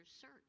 search